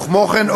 וכמו כן,